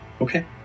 okay